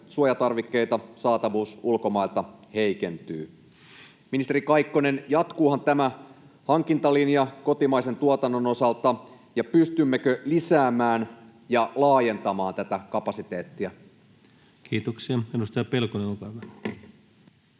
suojatarvikkeita saatavuus ulkomailta heikentyy. Ministeri Kaikkonen, jatkuuhan tämä hankintalinja kotimaisen tuotannon osalta, ja pystymmekö lisäämään ja laajentamaan tätä kapasiteettia? Kiitoksia. — Edustaja Pelkonen, olkaa